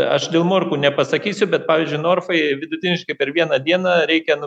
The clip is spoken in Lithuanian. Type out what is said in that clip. aš dėl morkų nepasakysiu bet pavyzdžiui norfai vidutiniškai per vieną dieną reikia nu